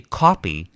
copy